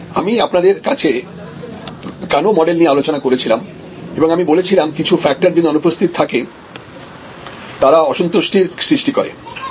আমি আপনাদের কাছে কানো মডেল নিয়ে আলোচনা করেছিলাম এবং আমি বলেছিলাম কিছু ফ্যাক্টর যদি অনুপস্থিত থাকে তারা অসন্তুষ্টির সৃষ্টি করে